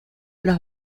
los